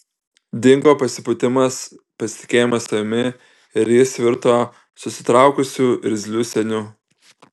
dingo pasipūtimas pasitikėjimas savimi ir jis virto susitraukusiu irzliu seniu